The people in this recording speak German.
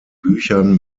büchern